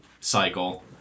cycle